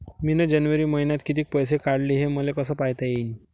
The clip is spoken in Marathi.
मिन जनवरी मईन्यात कितीक पैसे काढले, हे मले कस पायता येईन?